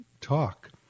talk